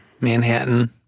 Manhattan